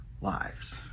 lives